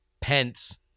pence